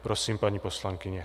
Prosím, paní poslankyně.